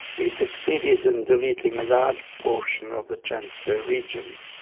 we succeeded in deleting a large proportion of the transfer region.